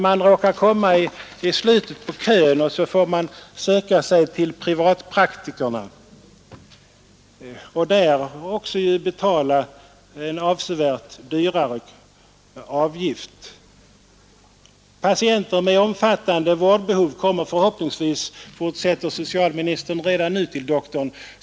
Man råkar komma i slutet på kön och får antingen stå kvar eller söka sig till privatpraktikerna och där också vidkännas en avsevärt högre kostnad. ”Patienter med mera omfattande vårdbehov kommer förhoppningsvis” — fortsätter socialministern — ”redan nu till doktorn.